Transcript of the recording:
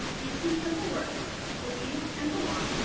these two simple words, believe and belong,